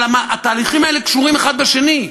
אבל התהליכים האלה קשורים האחד לשני,